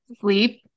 Sleep